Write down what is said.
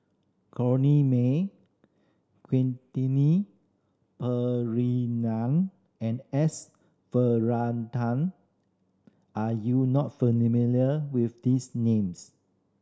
Corrinne May Quentin Pereira and S Varathan are you not familiar with these names